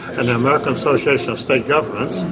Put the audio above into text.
and the american association of state governments,